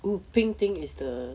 oh pink thing is the